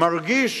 מרגיש